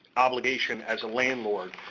obligation as a landlord.